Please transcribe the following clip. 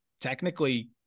technically